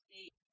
eight